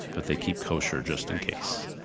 but they keep kosher just in case.